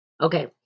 Okay